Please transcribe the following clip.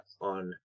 on